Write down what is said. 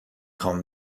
خوام